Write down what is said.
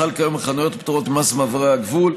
החל כיום על חנויות הפטורות ממס במעברי הגבול,